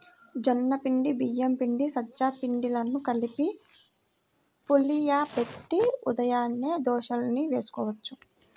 జొన్న పిండి, బియ్యం పిండి, సజ్జ పిండిలను కలిపి పులియబెట్టి ఉదయాన్నే దోశల్ని వేసుకోవచ్చు